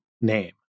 name